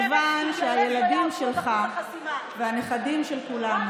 מכיוון שהילדים שלך והנכדים של כולנו,